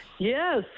Yes